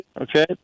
Okay